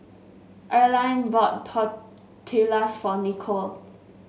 Earline bought Tortillas for Nikole